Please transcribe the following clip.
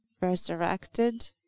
resurrected